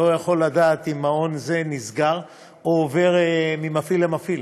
לא יכולים לדעת אם מעון זה נסגר או עובר ממפעיל למפעיל.